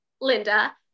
Linda